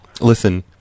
Listen